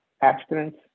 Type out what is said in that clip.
Abstinence